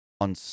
on